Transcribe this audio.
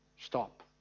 Stop